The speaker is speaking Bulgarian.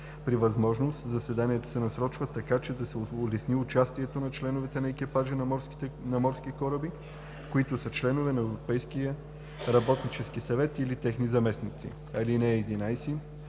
При възможност, заседанията се насрочват така, че да се улесни участието на членове на екипажите на морски кораби, които са членове на европейски работнически съвет или техни заместници. (11)